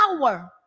power